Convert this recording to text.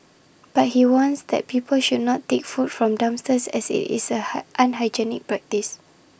but he warns that people should not take food from dumpsters as IT is is an unhygienic practice